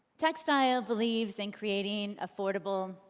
techstyle believes in creating affordable,